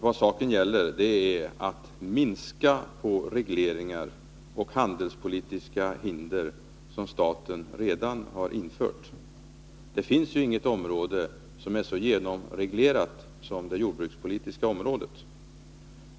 Vad saken gäller är att minska de regleringar och handelspolitiska hinder som staten redan har infört. Det finns ju inget område som är så genomreglerat som det jordbrukspolitiska området.